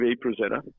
presenter